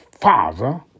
Father